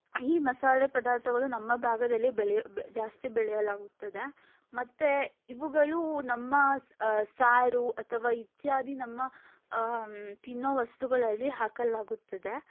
ಈ ಮಸಾಲೆ ಪದಾರ್ಥಗಳು ನಮ್ಮ ಭಾಗದಲ್ಲಿ ಬೆಳೆ ಜಾಸ್ತಿ ಬೆಳೆಯಲಾಗುತ್ತದೆ ಮತ್ತೆ ಇವುಗಳು ನಮ್ಮ ಸಾರು ಅಥವಾ ಇತ್ಯಾದಿ ನಮ್ಮ ತಿನ್ನೋ ವಸ್ತುಗಳಲ್ಲಿ ಹಾಕಲಾಗುತ್ತದೆ